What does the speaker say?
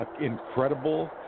incredible